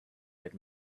that